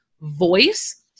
voice